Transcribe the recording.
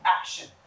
action